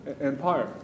empire